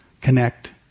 connect